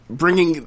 bringing